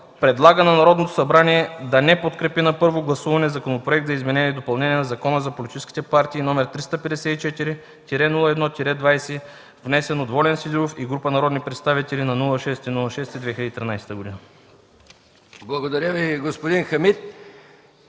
предлага на Народното събрание да не подкрепи на първо гласуване Законопроекта за изменение и допълнение на Закона за политическите партии № 354-01-20, внесен от Волен Сидеров и група народни представители на 6 юни 2013 г.” ПРЕДСЕДАТЕЛ МИХАИЛ МИКОВ: Благодаря Ви, господин Хамид.